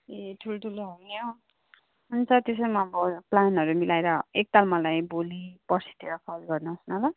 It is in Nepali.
ए ठुल ठुलो हो नि हौ हुन्छ त्यसो भने म भो प्लानहरू मिलाएर एक ताल मलाई भोलि पर्सितिर कल गर्नुहोस् न ल